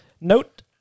Note